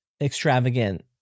extravagant